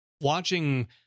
watching